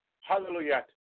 Hallelujah